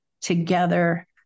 together